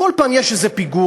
כל פעם יש איזה פיגוע,